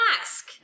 ask